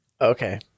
Okay